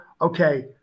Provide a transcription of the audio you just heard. okay